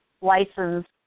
license